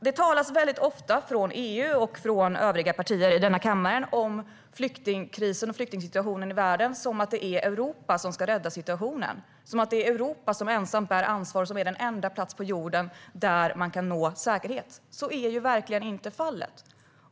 Det talas ofta från EU och från övriga partier i denna kammare om flyktingkrisen och flyktingsituationen i världen som att det är Europa som ska lösa situationen, som att det är Europa som ensamt bär ansvar och som är den enda plats på jorden där man kan nå säkerhet. Så är verkligen inte fallet.